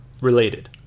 related